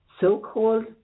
so-called